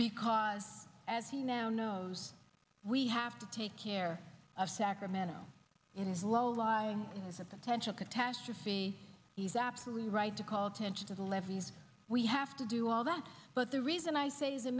because as he now knows we have to take care of sacramento it is low lying is a potential catastrophe he's absolutely right to call attention to the levees we have to do all that but the reason i say the